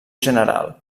general